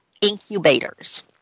incubators